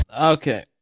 Okay